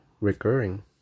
recurring